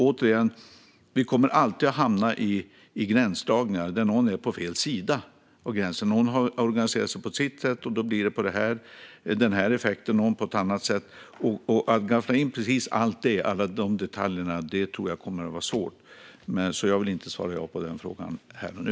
Återigen: Vi kommer alltid att hamna i gränsdragningar, och någon kommer att vara på fel sida av gränsen. Någon har organiserat sig på sitt sätt, vilket leder till en viss effekt, någon på ett annat sätt. Att gaffla in precis alla de detaljerna tror jag kommer att vara svårt, så jag vill inte svara ja på frågan här och nu.